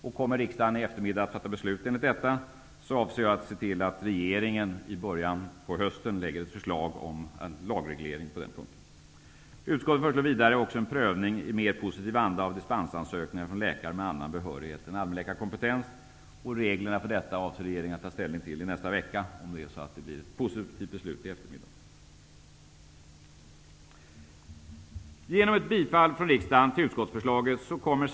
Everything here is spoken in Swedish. Om riksdagen i eftermiddag beslutar enligt detta, så avser jag att se till att regeringen i början på hösten lägger fram ett förslag till lagreglering på den punkten. Utskottet föreslår också en prövning i positiv anda av dispensansökningar från läkare med annan behörighet än allmänläkarkompetens. Reglerna för detta avser regeringen att ta ställning till i nästa vecka om det blir positivt beslut i eftermiddag. få välja sin egen läkar.